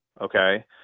Okay